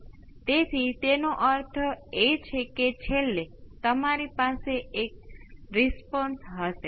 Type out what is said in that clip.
આમ તે કેપેસિટર પરના પ્રારંભિક વોલ્ટેજ પર અને ફોર્સીંગ ફંક્શન પર આધારિત રહેશે